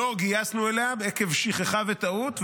לא גייסנו אליה עקב שכחה וטעות,